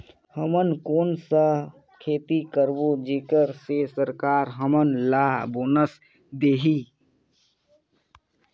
हमन कौन का खेती करबो जेकर से सरकार हमन ला बोनस देही?